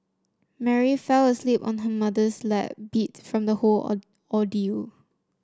Mary fell asleep on her mother's lap beat from the whole ordeal